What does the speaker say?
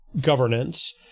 governance